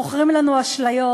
מוכרים לנו אשליות.